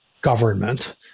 government